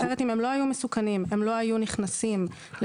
אם הם לא היו מסוכנים הם לא היו נכנסים לרשימת